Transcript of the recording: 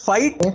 Fight